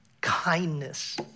kindness